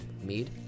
Mead